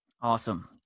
Awesome